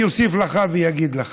אני אוסיף לך ואגיד לך: